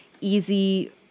easy